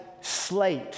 slate